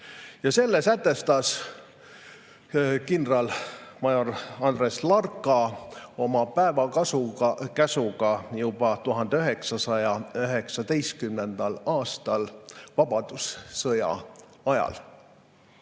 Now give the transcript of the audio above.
Selle sätestas kindralmajor Andres Larka oma päevakäsuga juba 1919. aastal vabadussõja ajal.